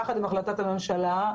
יחד עם החלטת הממשלה,